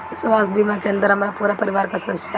स्वास्थ्य बीमा के अंदर हमार पूरा परिवार का सदस्य आई?